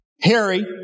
Harry